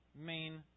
main